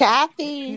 Kathy